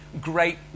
great